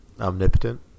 omnipotent